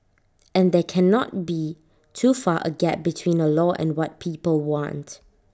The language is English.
and there cannot be too far A gap between A law and what people want